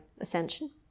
ascension